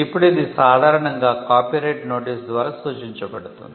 ఇప్పుడు ఇది సాధారణంగా కాపీరైట్ నోటీసు ద్వారా సూచించబడుతుంది